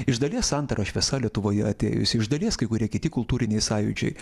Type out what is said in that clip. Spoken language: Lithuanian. iš dalies santara šviesa lietuvoje atėjusi iš dalies kai kurie kiti kultūriniai sąjūdžiai